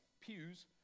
pews